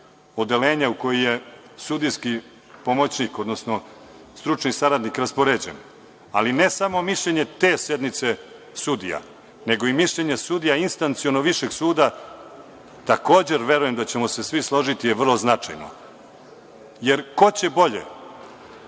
u koji je sudijski pomoćnik, odnosno stručni saradnik raspoređen, ali ne samo mišljenje te sednice sudija, nego i mišljenje sudija instacionog višeg suda takođe verujem da ćemo se svi složiti je vrlo značajno. Jer, ko će bolje,